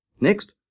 Next